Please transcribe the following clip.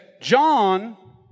John